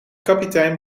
kapitein